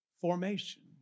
formation